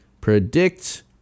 Predict